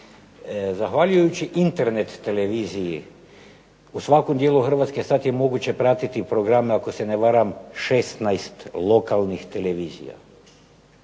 zahvaljujući internet televiziji u svakom dijelu Hrvatske sad je moguće pratiti programe ako se ne varam 16 lokalnih televizija.